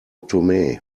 tomé